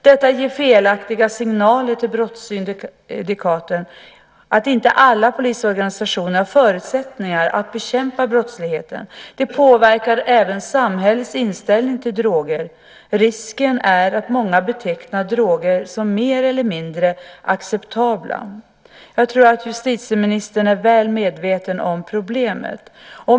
Detta ger felaktiga signaler till brottssyndikaten, att inte alla polisorganisationer har förutsättningar att bekämpa brottsligheten. Det påverkar även samhällets inställning till droger. Risken är att många betecknar droger som mer eller mindre acceptabla. Jag tror att justitieministern är väl medveten om problemet.